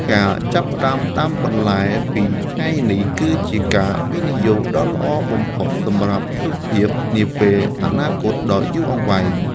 ការចាប់ផ្តើមដាំបន្លែពីថ្ងៃនេះគឺជាការវិនិយោគដ៏ល្អបំផុតសម្រាប់សុខភាពនាពេលអនាគតដ៏យូរអង្វែង។